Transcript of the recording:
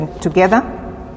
together